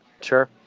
Sure